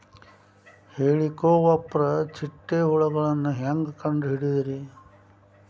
ಹೇಳಿಕೋವಪ್ರ ಚಿಟ್ಟೆ ಹುಳುಗಳನ್ನು ಹೆಂಗ್ ಕಂಡು ಹಿಡಿಯುದುರಿ?